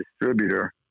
distributor